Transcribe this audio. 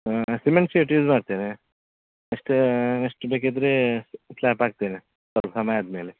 ಹಾಂ cement sheet use ಮಾಡ್ತೇನೆ next next ಬೇಕಿದ್ದರೆ ಸ್ಲ್ಯಾಬ್ ಹಾಕ್ತೇನೆ ಸ್ವಲ್ಪ ಸಮಯ ಆದ ಮೇಲೆ